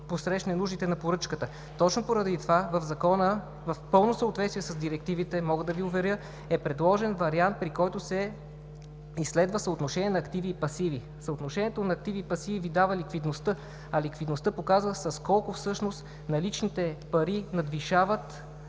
посрещне нуждите на поръчката. Точно поради това в Закона, в пълно съответствие с директивите, мога да Ви уверя, е предложен вариант, при който се изследва съотношение на активи и пасиви. Съотношението на активи и пасиви Ви дава ликвидността, а ликвидността показва с колко всъщност наличните пари надвишават